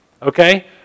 Okay